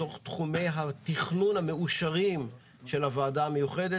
בתוך תחומי התכנון המאושרים של הוועדה המיוחדת